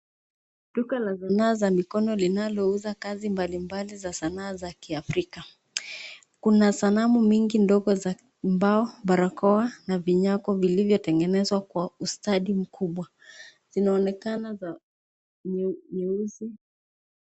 Duka la sanaa za mikono, linalouza kazi mbalimbali za sanaa za kiafrika. Kuna sanamu mingi ndogo za mbao, barakoa na vinyako vilivyotengenezwa kwa ustadi mkubwa. Zinaonekana za nyeusi.